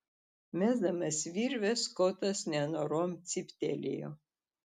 mesdamas virvę skotas nenorom cyptelėjo